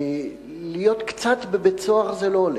להיות קצת בבית-סוהר זה לא הולך.